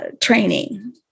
training